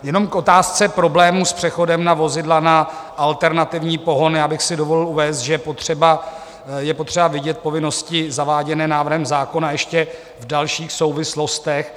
Jenom k otázce problémů s přechodem na vozidla na alternativní pohon bych si dovolil uvést, že je potřeba vidět povinnosti zaváděné návrhem zákona ještě v dalších souvislostech.